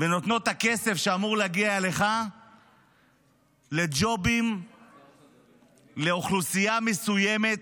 ונותנת את הכסף שאמור להגיע אליך לג'ובים לאוכלוסייה מסוימת,